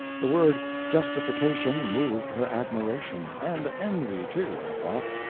the word justification moved her admiration and envy, too, i thought.